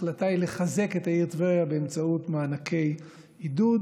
ההחלטה היא לחזק את העיר טבריה באמצעות מענקי עידוד,